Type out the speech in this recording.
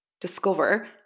discover